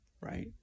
right